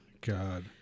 God